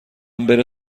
بره